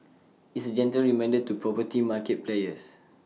it's A gentle reminder to poverty market players